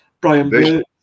Brian